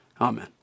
Amen